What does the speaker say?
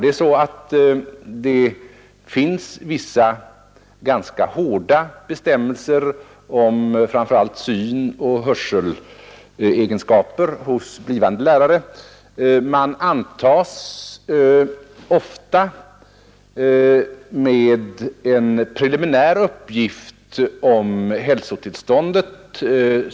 Det är så att det finns vissa ganska hårda bestämmelser om framför allt synoch hörselegenskaper hos blivande lärare. Man antas ofta med en preliminär uppgift om hälsotillståndet.